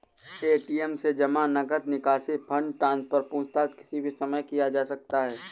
ATM से जमा, नकद निकासी, फण्ड ट्रान्सफर, पूछताछ किसी भी समय किया जा सकता है